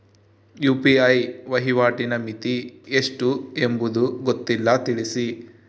UPI ವಹಿವಾಟಿನ ಮಿತಿ ಎಷ್ಟು ಎಂಬುದು ಗೊತ್ತಿಲ್ಲ? ತಿಳಿಸಿ?